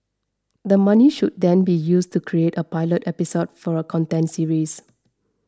the money should then be used to create a pilot episode for a content series